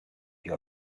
più